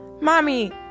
mommy